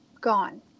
gone